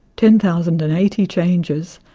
ten thousand and eighty changes,